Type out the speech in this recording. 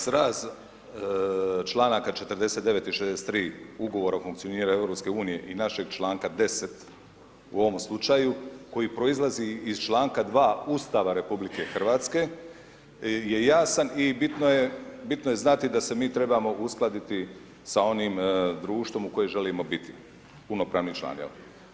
Sraz članaka 49. i 63. ugovora o funkcioniranju EU-a i našeg članka 10. u ovom slučaju koji proizlazi iz članka 2. Ustava RH je jasan i bitno je znati da se mi trebamo uskladiti sa onim društvom u kojem želimo biti punopravni član, jel'